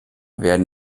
werden